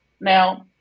Now